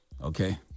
Okay